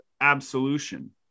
absolution